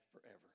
forever